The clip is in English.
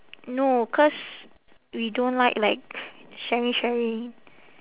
no cause we don't like like sharing sharing